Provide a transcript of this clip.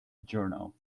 journal